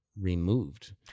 removed